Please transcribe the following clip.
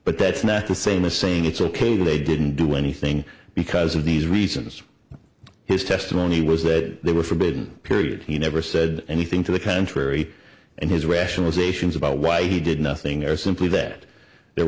but that's not the same as saying it's ok they didn't do anything because of these reasons his testimony was that they were forbidden period he never said anything to the contrary and his rationalizations about why he did nothing or simply that the